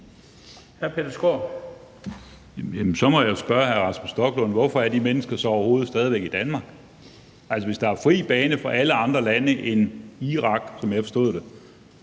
(DF): Jamen så må jeg spørge hr. Rasmus Stoklund: Hvorfor er de mennesker så overhovedet stadig væk i Danmark? Altså, hvis der er fri bane for alle andre lande end Irak, som jeg forstod det,